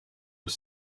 aux